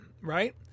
right